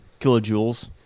kilojoules